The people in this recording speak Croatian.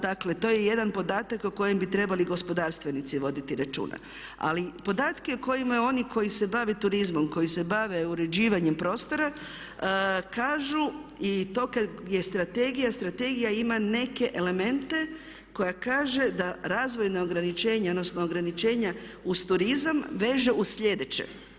Dakle, to je jedan podatak o kojem bi trebali gospodarstvenici voditi računa, ali podatke koji imaju oni koji se bave turizmom, koji se bave uređivanjem prostora kažu i to kad je strategija, strategija ima neke elemente koja kaže da razvojna ograničenja odnosno ograničenja uz turizam veće uz sljedeće.